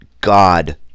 God